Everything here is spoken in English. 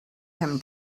him